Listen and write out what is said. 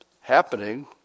happening